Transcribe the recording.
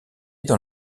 dans